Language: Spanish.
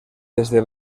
desde